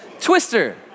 Twister